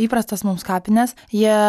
įprastas mums kapines jie